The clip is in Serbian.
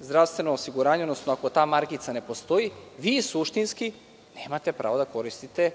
zdravstveno osiguranje, odnosno ako ta markica ne postoji, vi suštinski nemate pravo da koristite